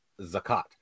zakat